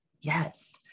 Yes